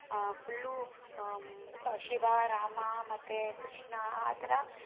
full Shiva Rama ಮತ್ತು ಕೃಷ್ಣ ಆ ಥರ